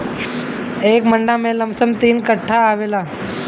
एक मंडा में लमसम तीन कट्ठा आवेला